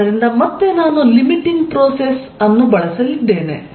ಆದ್ದರಿಂದ ಮತ್ತೆ ನಾನು ಲಿಮಿಟಿಂಗ್ ಪ್ರೋಸೆಸ್ ಕ್ರಿಯೆಯನ್ನು ಬಳಸಲಿದ್ದೇನೆ